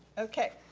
okay,